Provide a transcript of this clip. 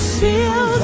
feel